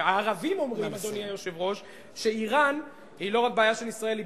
אני מציע לך לא ללעוג לדבר הזה.